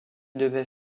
devait